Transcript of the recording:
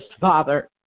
Father